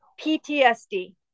PTSD